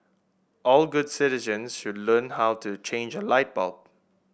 all good citizens should learn how to change a light bulb